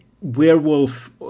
werewolf